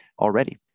already